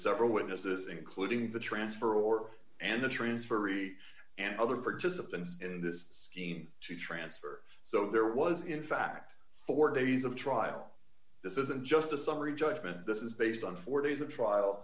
several witnesses including the transfer or and the trains for re and other bridges of the us in this scheme to transfer so there was in fact four days of trial this isn't just a summary judgment this is based on four days of trial